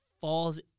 falls